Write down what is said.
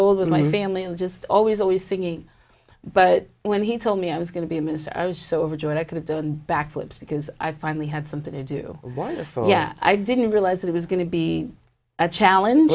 with my family and just always always singing but when he told me i was going to be a minister i was so overjoyed i could've done back flips because i finally had something to do wonderful yeah i didn't realize it was going to be a challenge